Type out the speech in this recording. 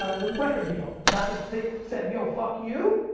ah the record deal, not the, said yo, fuck you.